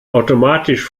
automatisch